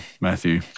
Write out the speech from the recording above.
Matthew